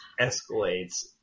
escalates